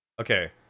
okay